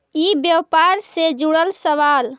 ई व्यापार से जुड़ल सवाल?